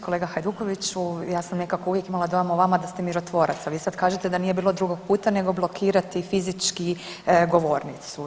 Kolega Hajdukoviću ja sam nekako uvijek imam dojam o vama da ste mirotvorac, a vi sad kažete da nije bilo drugog puta nego blokirati fizički govornicu.